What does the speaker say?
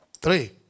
three